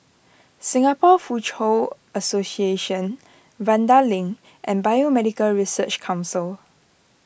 Singapore Foochow Association Vanda Link and Biomedical Research Council